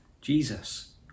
jesus